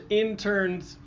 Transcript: interns